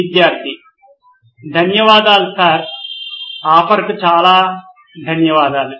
విద్యార్థి ధన్యవాదాలు sir offer కు చాలా ధన్యవాదాలు